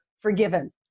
forgiven